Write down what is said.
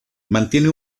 mantiene